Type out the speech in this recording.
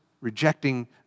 rejecting